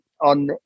on